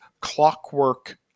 clockwork